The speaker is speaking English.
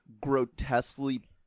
grotesquely